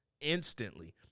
instantly